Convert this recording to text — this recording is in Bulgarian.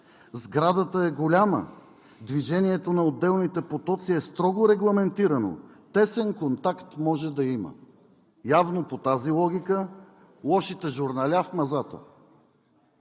„Сградата е голяма, движението на отделните потоци е строго регламентирано, тесен контакт може да има.“ Явно по тази логика лошите журналя – в мазата!